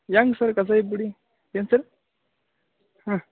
ಹೆಂಗ್ ಸರ್ ಕಷಾಯದ ಪುಡಿ ಏನು ಸರ್ ಹಾಂ